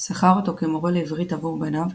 שכר אותו כמורה לעברית עבור בניו,